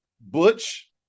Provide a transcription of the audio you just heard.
butch